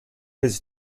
his